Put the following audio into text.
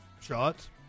shots